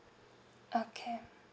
okay